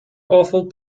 awful